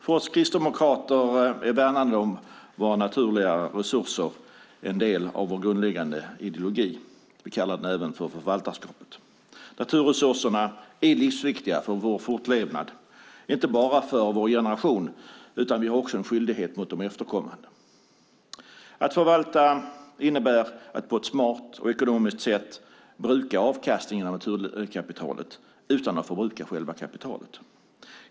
För oss kristdemokrater är värnande om våra naturliga resurser en del av vår grundläggande ideologi. Vi kallar den även för förvaltarskapet. Naturresurserna är livsviktiga för vår fortlevnad, inte bara för vår generation, utan vi har också en skyldighet mot de efterkommande. Att förvalta innebär att på ett smart och ekonomiskt sätt bruka avkastningen av naturkapitalet utan att förbruka själva kapitalet.